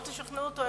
לא תשכנעו אותו,